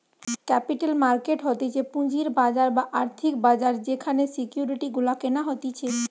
capital market হতিছে পুঁজির বাজার বা আর্থিক বাজার যেখানে সিকিউরিটি গুলা কেনা হতিছে